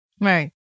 Right